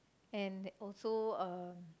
and also uh